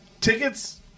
tickets